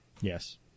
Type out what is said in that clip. Yes